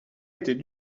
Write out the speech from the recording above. était